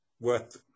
worth